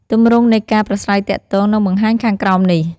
ទម្រង់នៃការប្រាស្រ័យទាក់ទងនិងបង្ហាញខាងក្រោមនេះ។